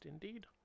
Indeed